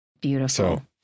Beautiful